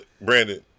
Brandon